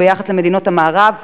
וביחס למדינות המערב,